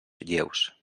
lleus